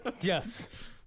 yes